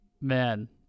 man